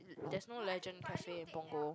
there's no legend cafe in Punggol